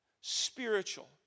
Spiritual